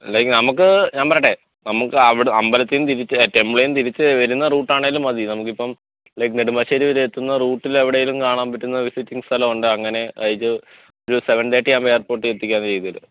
like നമുക്ക് ഞാൻ പറയട്ടെ നമുക്ക് അവിടെ അമ്പലത്തീന്ന് തിരിച്ച് ടെമ്പിളീന്ന് തിരിച്ച് വരുന്ന റൂട്ടാണേലും മതി നമുക്കിപ്പം ലൈക്ക് നെടുമ്പാശ്ശേരി വരെ എത്തുന്ന റൂട്ടിലെവടേലും കാണാൻ പറ്റുന്ന വിസിറ്റിങ്ങ് സ്ഥലമുണ്ടോ അങ്ങനെ ആ ഇത് ഒരു സെവെന് തേട്ടി ആകുമ്പോൾ എയര്പ്പോട്ടി എത്തിക്കാവുന്ന രീതീൽ